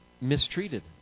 mistreated